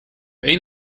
één